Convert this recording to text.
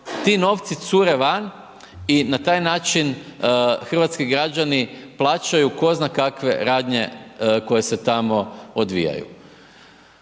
ti novci cure van i na taj način hrvatski građani plaćaju tko zna kakve radnje koje se tamo odvijaju.